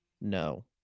no